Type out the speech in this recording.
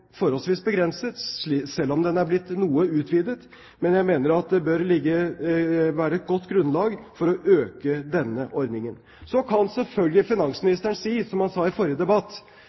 forholdsvis begrenset, selv om den er blitt noe utvidet, men jeg mener at det bør være et godt grunnlag for å øke denne ordningen. Så kan selvfølgelig finansministeren si som han sa i forrige debatt,